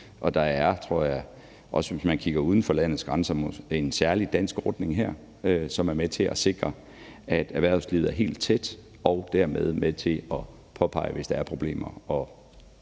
Og der er, tror jeg – også hvis man kigger uden for landets grænser – måske en særlig dansk ordning her, som er med til at sikre, at erhvervslivet er helt tæt på og dermed med til at påpege det, hvis der er problemer.